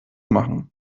machen